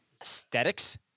aesthetics